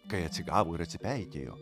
kai atsigavo ir atsipeikėjo